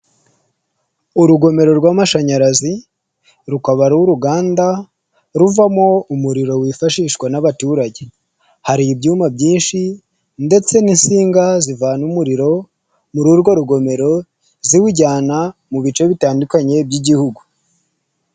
Urugomero rw'amashanyarazi rukaba ari uruganda ruvamo umuriro wifashishwa n'abaturage. Hari ibyuma byinshi ndetse n'insinga zivana umuriro muri urwo rugomero ,ziwujyana mu bice bitandukanye by'igihugu.